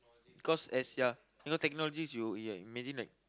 cause as ya you know technologies you ya imagine like